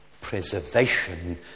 preservation